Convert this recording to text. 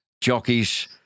jockeys